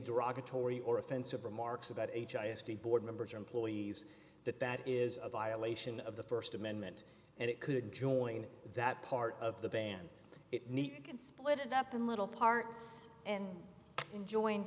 derogatory or offensive remarks about h s t board members or employees that that is a violation of the st amendment and it could join that part of the band it neat can split it up in little parts and enjoying